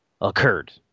occurred